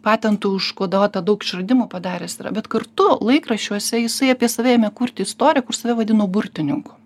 patentų užkoduota daug išradimų padaręs yra bet kartu laikraščiuose jisai apie save ėmė kurti istoriją kur save vadino burtininku